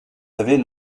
avez